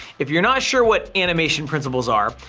if you're not sure what animation principles are,